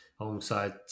alongside